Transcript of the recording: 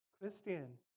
Christian